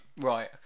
right